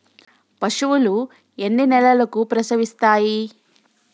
పశువులు ఎన్ని నెలలకు ప్రసవిస్తాయి?